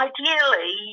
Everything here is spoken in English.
Ideally